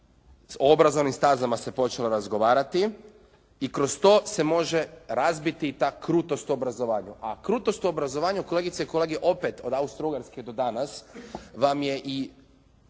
o obrazovnim stazama se počelo razgovarati i kroz to se može razbiti ta krutost u obrazovanju, a krutost u obrazovanju kolegice i kolege opet od Austrougarske do danas vam je i